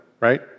right